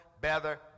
better